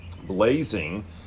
blazing